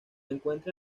encuentra